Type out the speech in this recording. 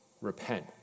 Repent